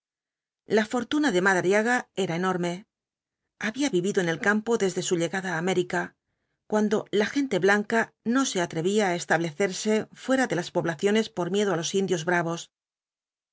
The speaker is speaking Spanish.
la fortuna de madariaga era enorme había vivido en el campo desde su lle gada á américa cuando la gente blanca no se atrevía á establecerse fuera de isvsi poblaciones por miedo á los indios bravos